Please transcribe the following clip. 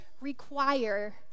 require